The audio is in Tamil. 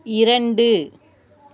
இரண்டு